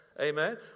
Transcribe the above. Amen